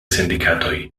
sindikatoj